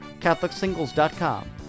CatholicSingles.com